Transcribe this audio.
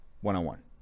one-on-one